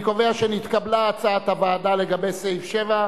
אני קובע שהסתייגות 28, לסעיף 7,